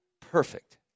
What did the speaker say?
perfect